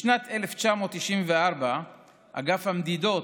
בשנת 1994 אגף המדידות,